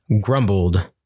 grumbled